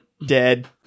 dead